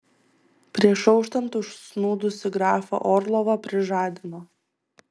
prieš auštant užsnūdusį grafą orlovą prižadino